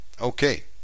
Okay